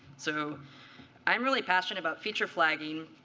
so i'm really passionate about feature flagging.